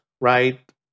right